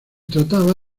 trataba